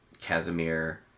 Casimir